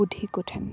ᱵᱩᱰᱤ ᱠᱚᱴᱷᱮᱱ